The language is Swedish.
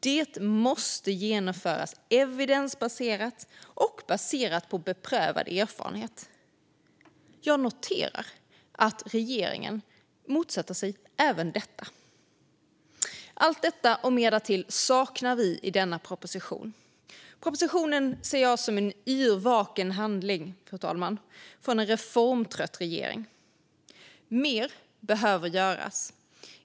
Det måste genomföras evidensbaserat och baseras på beprövad erfarenhet. Jag noterar att regeringen motsätter sig även detta. Allt detta och mer därtill saknar vi i denna proposition. Propositionen ser jag som en yrvaken handling, fru talman, från en reformtrött regering. Mer behöver göras.